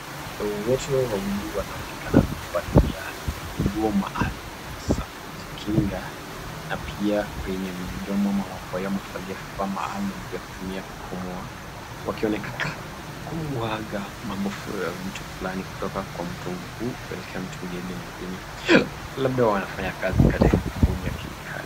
Watu wawili wanaonekana kuvalia nguo maalum ya kujikinga na pia kwenye midomo wanaonekana kuvaa vifaa maalumvya kutumia kupumua, wakionekana kumwaga vitu kutoka mtungi huu hadi mwingine, labda wanafanya kazi katika kampuni ya kemikali.